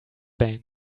bank